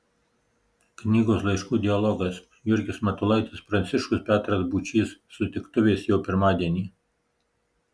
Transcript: knygos laiškų dialogas jurgis matulaitis pranciškus petras būčys sutiktuvės jau pirmadienį